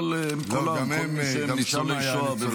כל מי שהם ניצולי שואה.